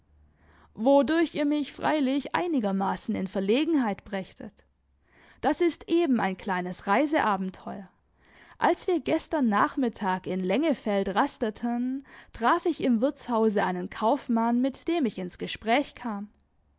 wodurch ihr mich freilich einigermaßen in verlegenheit brächtet das ist eben ein kleines reiseabenteuer als wir gestern nachmittag in lengefeldt rasteten traf ich im wirtshause einen kaufmann mit dem ich ins gespräch kam